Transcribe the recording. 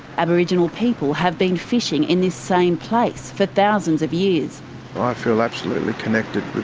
aboriginal people have been fishing in this same place for thousands of years. i feel absolutely connected